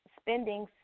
spending